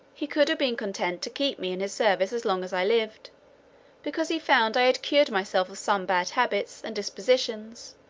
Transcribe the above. he could have been content to keep me in his service as long as i lived because he found i had cured myself of some bad habits and dispositions,